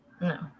no